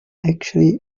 actually